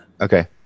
okay